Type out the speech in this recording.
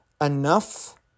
enough